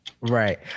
Right